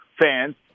fans